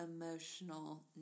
emotional